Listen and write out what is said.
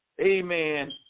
amen